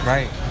Right